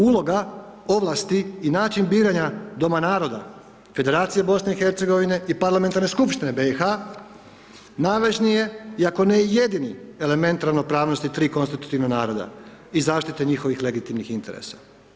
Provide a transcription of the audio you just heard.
Uloga ovlasti i način biranja Doma naroda Federacije BiH-a i Parlamentarne skupštine BiH-a, najvažnije i ako ne i jedini element ravnopravnosti tri konstitutivna i zaštite njihovih legitimnih interesa.